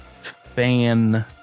fan